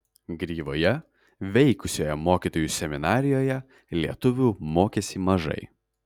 gryvoje veikusioje mokytojų seminarijoje lietuvių mokėsi mažai